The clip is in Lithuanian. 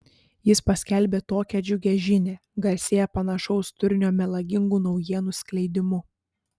jis paskelbė tokią džiugią žinią garsėja panašaus turinio melagingų naujienų skleidimu